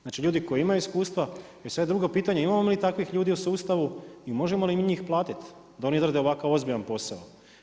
Znači ljudi koji imaju iskustva, e sad je drugo pitanje imamo li mi takvih ljudi u sustavu i možemo li mi njih platit da oni odrade ovakav ozbiljan posao?